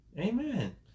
Amen